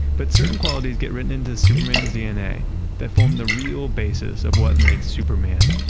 but certain qualities get written into superman's dna that forms the real basis of what makes superman,